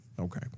Okay